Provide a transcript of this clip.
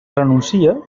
renuncia